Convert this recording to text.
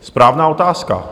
Správná otázka.